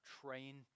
train